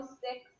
six